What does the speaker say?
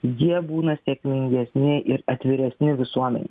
jie būna sėkmingesni ir atviresni visuomenei